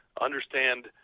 Understand